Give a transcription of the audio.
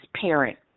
parent